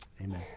Amen